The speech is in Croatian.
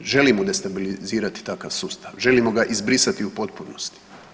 Želimo destabilizirati takav sustav, želimo ga izbrisati u potpunosti.